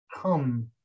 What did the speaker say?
come